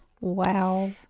wow